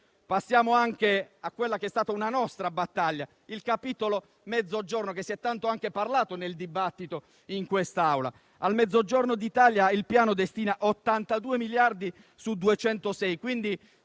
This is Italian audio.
Passiamo a quella che è stata una nostra battaglia, il capitolo Mezzogiorno, di cui si è tanto parlato nel dibattito in quest'Aula. Al Mezzogiorno d'Italia il Piano destina 82 miliardi su 206; oltre